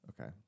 Okay